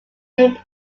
named